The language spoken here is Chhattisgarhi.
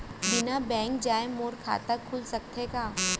बिना बैंक जाए मोर खाता खुल सकथे का?